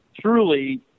truly